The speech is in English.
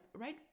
right